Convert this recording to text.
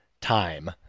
time